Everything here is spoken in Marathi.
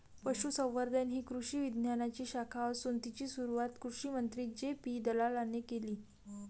पशुसंवर्धन ही कृषी विज्ञानाची शाखा असून तिची सुरुवात कृषिमंत्री जे.पी दलालाने केले